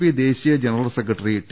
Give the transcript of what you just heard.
P ദേശീയ general secretary T